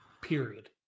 period